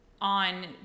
on